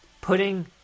putting